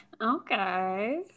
okay